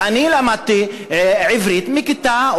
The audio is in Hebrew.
אני למדתי עברית מכיתה,